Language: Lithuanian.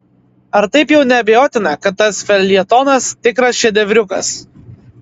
ar taip jau neabejotina kad tas feljetonas tikras šedevriukas